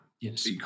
Yes